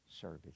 service